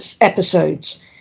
episodes